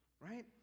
right